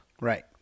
Right